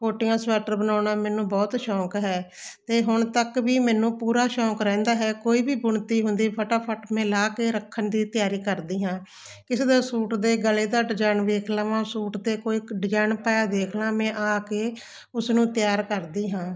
ਕੋਟੀਆਂ ਸੁਐਟਰ ਬਣਾਉਣਾ ਮੈਨੂੰ ਬਹੁਤ ਸ਼ੌਂਕ ਹੈ ਅਤੇ ਹੁਣ ਤੱਕ ਵੀ ਮੈਨੂੰ ਪੂਰਾ ਸ਼ੌਂਕ ਰਹਿੰਦਾ ਹੈ ਕੋਈ ਵੀ ਬੁਣਤੀ ਹੁੰਦੀ ਫਟਾਫਟ ਮੈਂ ਲਾਹ ਕੇ ਰੱਖਣ ਦੀ ਤਿਆਰੀ ਕਰਦੀ ਹਾਂ ਕਿਸੇ ਦਾ ਸੂਟ ਦੇ ਗਲੇ ਦਾ ਡਿਜਾਈਨ ਵੇਖ ਲਵਾਂ ਸੂਟ 'ਤੇ ਕੋਈ ਡਿਜੈਨ ਪਾਇਆ ਦੇਖ ਲਾਂ ਮੈਂ ਆਕੇ ਉਸਨੂੰ ਤਿਆਰ ਕਰਦੀ ਹਾਂ